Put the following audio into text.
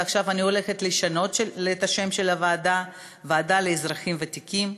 ועכשיו אני הולכת לשנות את השם של הוועדה לוועדה לאזרחים ותיקים,